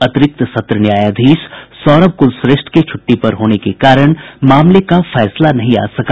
अतिरिक्त सत्र न्यायाधीश सौरभ कुलश्रेष्ठ के छूट्टी पर होने के कारण मामले का फैसला नहीं आ सका